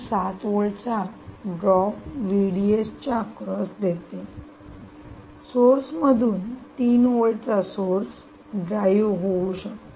7 volt चा drop च्या across देते सोर्स मधून 3 व्होल्ट चा सोर्स ड्राईव्ह होऊ शकतो